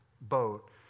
boat